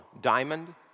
diamond